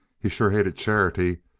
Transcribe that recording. he sure hated charity.